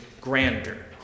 grander